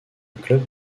club